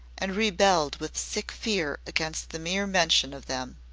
and rebelled with sick fear against the mere mention of them.